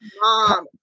mom